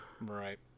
Right